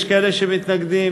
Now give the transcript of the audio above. יש כאלה שמתנגדים.